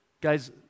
Guys